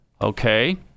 Okay